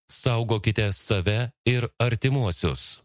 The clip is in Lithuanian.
saugokite save ir artimuosius